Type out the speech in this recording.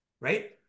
right